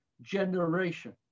generation